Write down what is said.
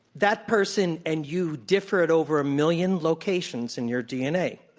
that person and you differ at over a million locations in your dna.